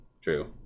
true